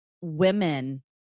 women